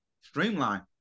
Streamline